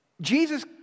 Jesus